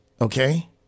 Okay